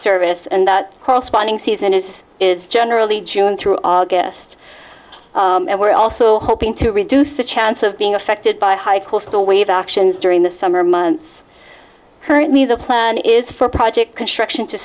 service and the corresponding season is is generally june through august and we're also hoping to reduce the chance of being affected by high coastal wave actions during the summer months currently the plan is for project construction to